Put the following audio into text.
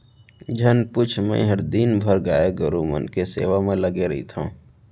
झन पूछ मैंहर दिन भर गाय गरू मन के सेवा म लगे रइथँव